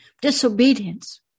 Disobedience